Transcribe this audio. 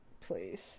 please